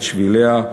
את שביליה,